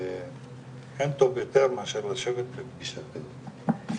אין טוב יותר מאשר לשבת בפגישה כזאת.